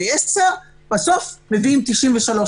בסוף מביאים 93,